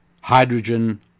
hydrogen